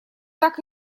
так